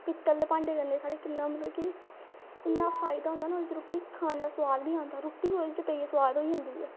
पीतल दे भांडे कन्नै साढ़े कि'न्ना मतलब की इ'न्ना फायदा होंदा ना ओह्दे च रुट्टी खाना सोआद बी औंदा रुट्टी बी ओह्दे च पेइयै सोआद होई जन्दी ऐ